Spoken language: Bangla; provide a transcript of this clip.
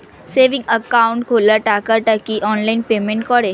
সেভিংস একাউন্ট খোলা টাকাটা কি অনলাইনে পেমেন্ট করে?